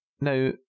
Now